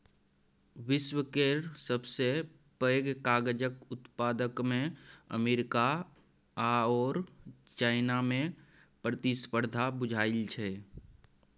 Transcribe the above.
विश्व केर सबसे पैघ कागजक उत्पादकमे अमेरिका आओर चाइनामे प्रतिस्पर्धा बुझाइ छै